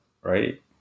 right